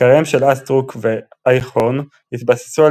מחקריהם של אסטרוק ואייכהורן התבססו על